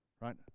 right